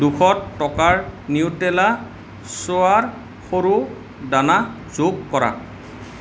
দুশটা টকাৰ নিউট্ৰেলা চোৱা সৰু দানা যোগ কৰা